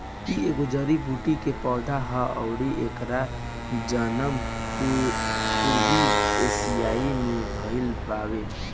इ एगो जड़ी बूटी के पौधा हा अउरी एकर जनम पूर्वी एशिया में भयल बावे